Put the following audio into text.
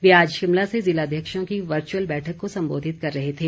वे आज शिमला से जिलाध्यक्षों की वर्च्यअल बैठक को संबोधित कर रहे थे